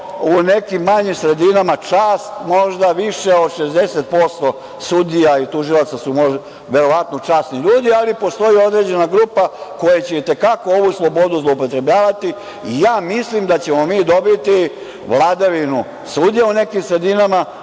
u nekim manjim sredinama čast možda više od 60% sudija i Tužilaca su verovatno časni ljudi, ali postoji određena grupa koja će i te kako ovu slobodu zloupotrebljavati i ja mislim da ćemo mi dobiti vladavinu sudija u nekim sredinama,